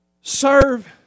serve